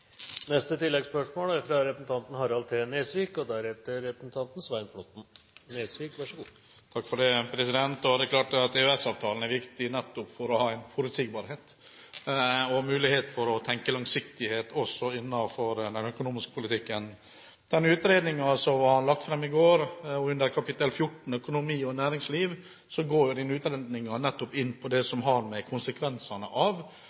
Harald T. Nesvik – til oppfølgingsspørsmål. Det er klart at EØS-avtalen er viktig nettopp for å ha en forutsigbarhet og mulighet for å tenke langsiktighet også innenfor den økonomiske politikken. Den utredningen som ble lagt fram i går, går jo nettopp i kapittel 14, økonomi og næringsliv, inn på det som har å gjøre med konsekvensene av hvordan dette har slått ut for norske bedrifter. I den forbindelse viser det seg at EØS-avtalen nettopp